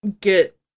get